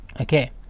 Okay